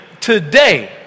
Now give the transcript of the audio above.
Today